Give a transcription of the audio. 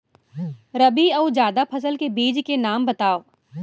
रबि अऊ जादा फसल के बीज के नाम बताव?